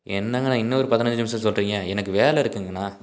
என்னங்கண்ணா இன்னும் ஒரு பதினைஞ்சு நிமிஷம் சொல்கிறீங்க எனக்கு வேலை இருக்குதுங்கண்ணா